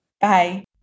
Bye